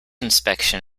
inspection